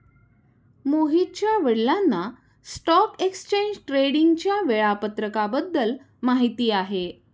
मोहितच्या वडिलांना stock exchange ट्रेडिंगच्या वेळापत्रकाबद्दल माहिती आहे